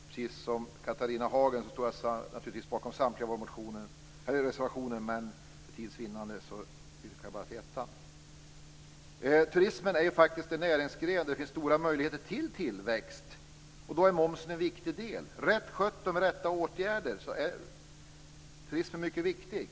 Precis som Catharina Hagen står jag naturligtvis bakom samtliga våra reservationer, men för tids vinnande yrkar jag bifall bara till nr 1. Turismen är faktiskt en näringsgren där det finns stora möjligheter till tillväxt, och då är momsen en viktig del. Rätt skött och med rätta åtgärder är turismen mycket viktig.